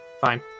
Fine